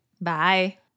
Bye